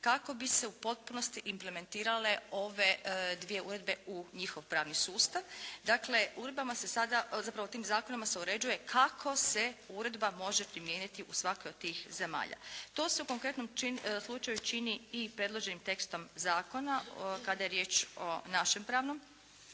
kako bi se u potpunosti implementirale ove dvije uredbe u njihov pravni sustav. Dakle uredbama se sada, zapravo tim zakonima se uređuje kako se uredba može primijeniti u svakom od tih zemalja. To se u konkretnom slučaju čini i predloženim tekstom zakona kada je riječ o našem pravnom